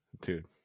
Dude